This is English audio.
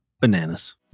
bananas